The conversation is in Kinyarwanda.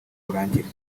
urangire